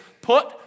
put